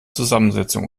zusammensetzung